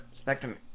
spectrum